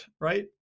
right